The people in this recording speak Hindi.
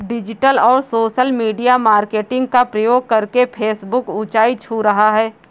डिजिटल और सोशल मीडिया मार्केटिंग का प्रयोग करके फेसबुक ऊंचाई छू रहा है